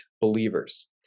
believers